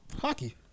Hockey